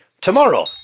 tomorrow